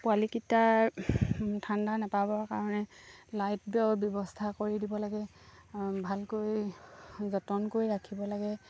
পোৱালিকেইটাৰ ঠাণ্ডা নাপাবৰ কাৰণে লাইটৰ ব্যৱস্থা কৰি দিব লাগে ভালকৈ যতন কৰি ৰাখিব লাগে